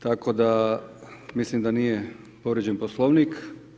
Tako da mislim da nije povrijeđen Poslovnik.